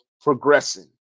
progressing